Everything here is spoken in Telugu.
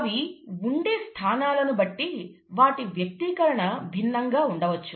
అవి ఉండే స్థానాలను బట్టి వాటి వ్యక్తీకరణ భిన్నంగా ఉండవచ్చు